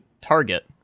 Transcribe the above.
Target